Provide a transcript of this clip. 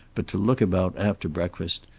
but to look about after breakfast,